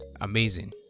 amazing